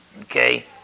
okay